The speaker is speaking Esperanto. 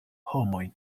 homojn